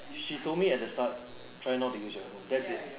she told me at the start try not to use your phone that's it